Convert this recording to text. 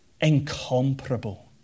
Incomparable